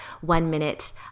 one-minute